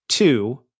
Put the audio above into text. Two